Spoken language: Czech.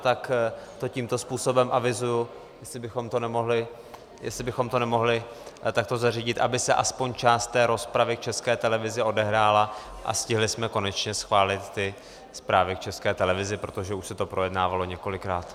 Tak to tímto způsobem avizuji, jestli bychom to nemohli takto zařídit, aby se aspoň část té rozpravy k České televizi odehrála a stihli jsme konečně schválit zprávy k České televizi, protože už se to projednávalo několikrát.